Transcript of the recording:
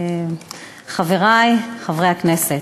חברי חברי הכנסת,